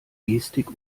gestik